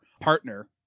Partner